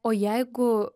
o jeigu